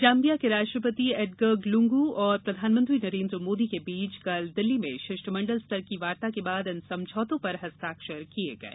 Zambia के राष्ट्रपति Edgar Lungu और प्रधानमंत्री नरेन्द्र मोदी के बीच कल शिष्टमंडल स्तर की वार्ता के बाद इन समझौतों पर हस्ताक्षर किये गये